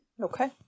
Okay